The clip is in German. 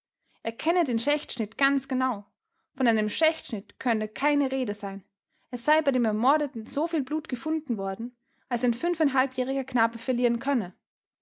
er kenne den schächtschnitt ganz genau von einem schächtschnitt könne keine rede sein es sei bei dem ermordeten soviel blut gefunden worden als einjähriger knabe verlieren könne